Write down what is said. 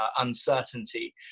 uncertainty